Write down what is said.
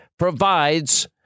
provides